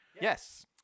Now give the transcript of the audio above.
Yes